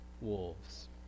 wolves